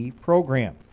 program